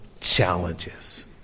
challenges